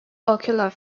ocular